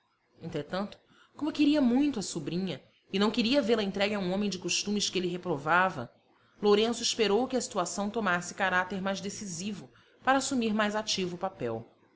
entretanto como queria muito à sobrinha e não queria vê-la entregue a um homem de costumes que ele reprovava lourenço esperou que a situação tomasse caráter mais decisivo para assumir mais ativo papel